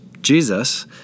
Jesus